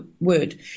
word